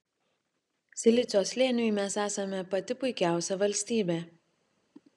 silicio slėniui mes esame pati puikiausia valstybė